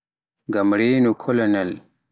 ngam reende koloñaal